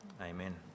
Amen